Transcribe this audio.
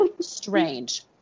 strange